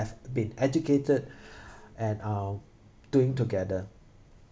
~ve been educated and uh doing together